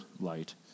light